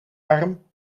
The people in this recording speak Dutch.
arm